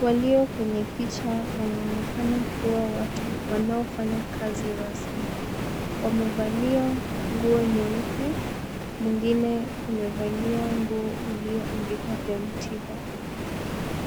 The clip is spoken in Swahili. Walio kwenye picha wanaonekana kuwa watuwanaofanya kazi rasmi. Wamevalia nguo nyeupe mwingine amevalia nguo imeandikwa Mtinda.